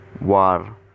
war